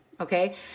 Okay